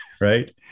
Right